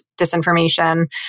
disinformation